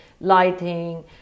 lighting